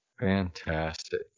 Fantastic